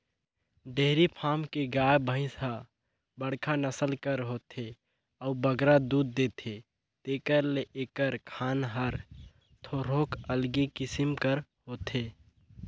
dairy farm के गाय, भंइस ह बड़खा नसल कर होथे अउ बगरा दूद देथे तेकर ले एकर खाना हर थोरोक अलगे किसिम कर होथे